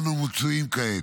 שבה אנו מצויים כעת.